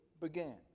began